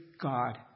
God